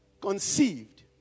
conceived